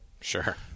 Sure